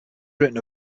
written